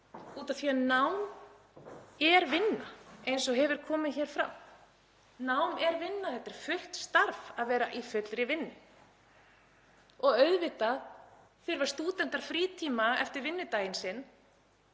af því að nám er vinna eins og hefur komið hér fram. Nám er vinna. Það er fullt starf að vera í fullu námi. Auðvitað þurfa stúdentar frítíma eftir vinnudaginn sinn